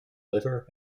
liver